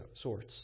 sorts